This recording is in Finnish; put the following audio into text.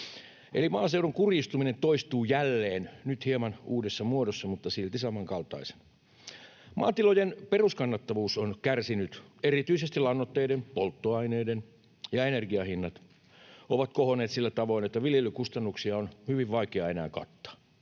maaseudun kurjistuminen toistuu jälleen, nyt hieman uudessa muodossa mutta silti samankaltaisena. Maatilojen peruskannattavuus on kärsinyt. Erityisesti lannoitteiden, polttoaineiden ja energian hinnat ovat kohonneet sillä tavoin, että viljelykustannuksia on hyvin vaikea enää kattaa.